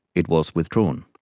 it was withdrawn.